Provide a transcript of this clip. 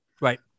Right